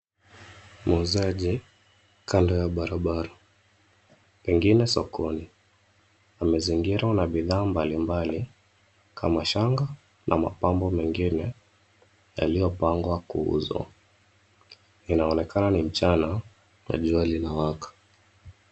Muuzaji kando ya barabara, pengine sokoni amezingirwa na bidhaa mbalimbali kama shanga na mapambo mengine yaliyopangwa kuuzwa. Inaonekana ni mchana ya jua linawaka.